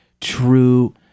true